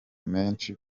menshi